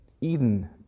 Eden